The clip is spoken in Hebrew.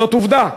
זאת עובדה,